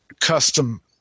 custom